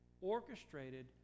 orchestrated